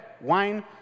wine